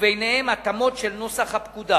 וביניהם התאמות של נוסח הפקודה